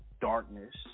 darkness